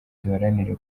duharanire